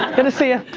um good to see ya.